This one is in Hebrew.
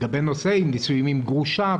לגבי נושא נישואים עם גרושה,